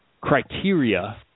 criteria